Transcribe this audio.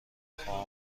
خواهم